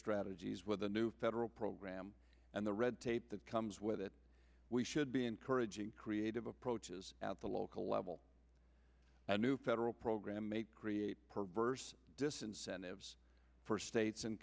strategies with the new federal program and the red tape that comes with it we should be encouraging creative approaches at the local level a new federal program may create perverse disincentives for states